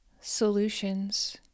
solutions